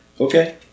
Okay